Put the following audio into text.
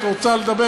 את רוצה לדבר?